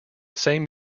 same